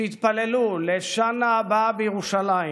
שהתפללו: לשנה הבאה בירושלים,